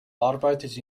arbeitet